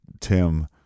Tim